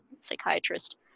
psychiatrist